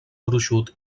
gruixut